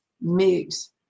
mix